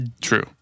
true